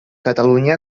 catalunya